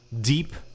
deep